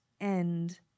end